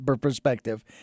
perspective